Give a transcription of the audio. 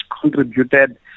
contributed